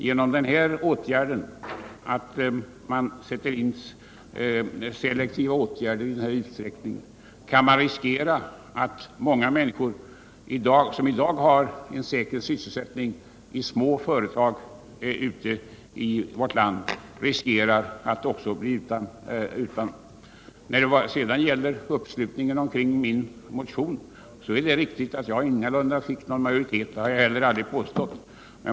Genom att sätta in selektiva åtgärder riskerar vi att många människor som i dag har en säker sysselsättning i små företag ute i vårt land blir utan jobb. Det är riktigt att det ingalunda var någon majoritet som slöt upp bakom min motion. Det har jag heller aldrig påstått.